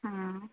ఆ